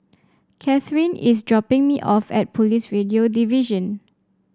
Kathrine is dropping me off at Police Radio Division